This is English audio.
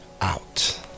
out